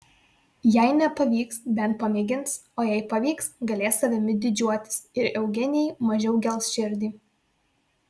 jei nepavyks bent pamėgins o jei pavyks galės savimi didžiuotis ir eugenijai mažiau gels širdį